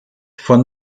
von